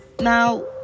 now